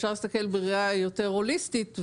אפשר להסתכל בראייה יותר הוליסטית,